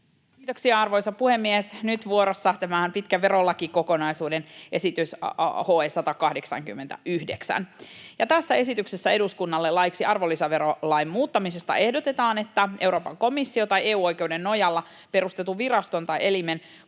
Kiitoksia, arvoisa puhemies! Nyt on vuorossa tämän pitkän verolakikokonaisuuden esitys HE 189. Tässä esityksessä eduskunnalle laiksi arvonlisäverolain muuttamisesta ehdotetaan, että Euroopan komission tai EU-oikeuden nojalla perustetun viraston tai elimen